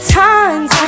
times